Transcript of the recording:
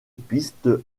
piste